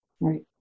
Right